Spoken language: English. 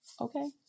okay